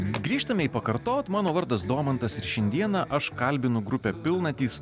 grįžtame į pakartot mano vardas domantas ir šiandieną aš kalbinu grupę pilnatys